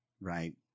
Right